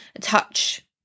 Touch